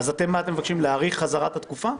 אז אתם מבקשים להאריך חזרה את התקופה?